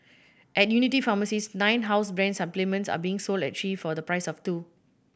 at Unity pharmacies nine house brand supplements are being sold at three for the price of two